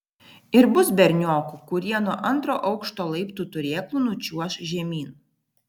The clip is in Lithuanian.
ir bus berniokų kurie nuo antro aukšto laiptų turėklų nučiuoš žemyn